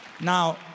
Now